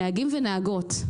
נהגים ונהגות.